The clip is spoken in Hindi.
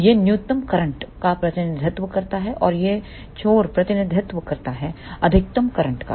यह न्यूनतम करंट का प्रतिनिधित्व करता है और यह छोर प्रतिनिधित्व करता है अधिकतम करंट का